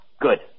Good